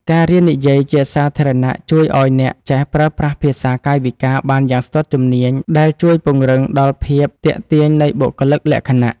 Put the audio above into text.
ការរៀននិយាយជាសាធារណៈជួយឱ្យអ្នកចេះប្រើប្រាស់ភាសាកាយវិការបានយ៉ាងស្ទាត់ជំនាញ ដែលជួយពង្រឹងដល់ភាពទាក់ទាញនៃបុគ្គលិកលក្ខណៈ។